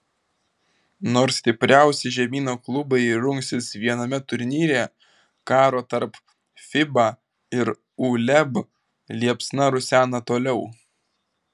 nors stipriausi žemyno klubai rungsis viename turnyre karo tarp fiba ir uleb liepsna rusena toliau